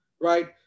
right